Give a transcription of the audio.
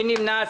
מי נמנע?